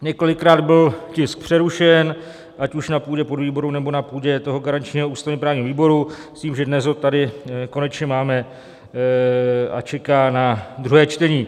Několikrát byl tisk přerušen, ať už na půdě podvýboru, nebo na půdě toho garančního ústavněprávního výboru, s tím, že dnes ho tady konečně máme a čeká na druhé čtení.